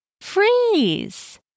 Freeze